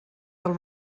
del